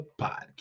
podcast